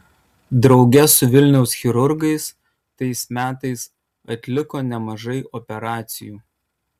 drauge su vilniaus chirurgais tais metais atliko nemažai operacijų